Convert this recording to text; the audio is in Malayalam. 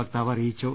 വക്താവ് അറിയിച്ചു